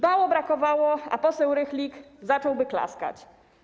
Mało brakowało, a poseł Rychlik zacząłby klaskać.